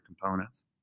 components